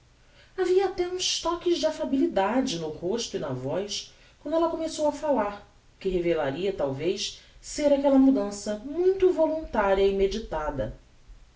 havia até uns toques de affabilidade no rosto e na voz quando ella começou a falar o que revelaria talvez ser aquella mudança muito voluntaria e meditada